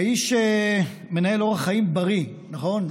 האיש מנהל אורח חיים בריא, נכון?